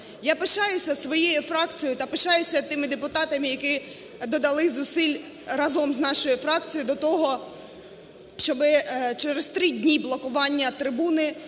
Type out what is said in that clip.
Я пишаюся своєю фракцією та пишаюся тими депутатами, які додали зусиль разом із нашою фракцією до того, щоби через 3 дні блокування трибуни